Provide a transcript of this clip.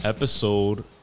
Episode